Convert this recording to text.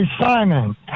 Simon